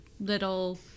little